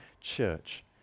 church